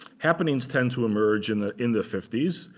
happenings tend to emerge in the in the fifty s.